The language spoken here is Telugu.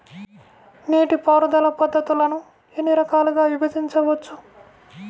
నీటిపారుదల పద్ధతులను ఎన్ని రకాలుగా విభజించవచ్చు?